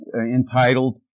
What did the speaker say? entitled